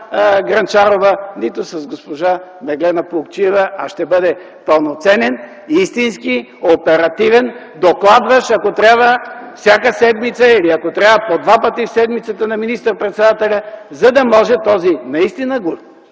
Грънчарова, нито с госпожа Меглена Плугчиева, а ще бъде пълноценен, истински, оперативен, докладващ ако трябва всяка седмица, ако трябва – по два пъти в седмицата, на министър-председателя, за да може този голям